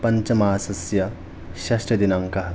पञ्चममासस्य षष्ठदिनाङ्कः